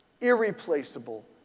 irreplaceable